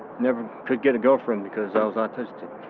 never could get a girlfriend because i was autistic